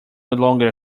longer